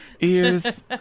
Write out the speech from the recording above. Ears